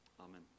Amen